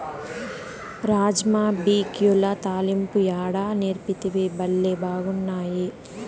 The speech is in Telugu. రాజ్మా బిక్యుల తాలింపు యాడ నేర్సితివి, బళ్లే బాగున్నాయి